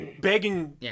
begging